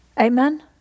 Amen